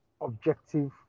objective